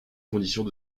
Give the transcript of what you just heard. conditions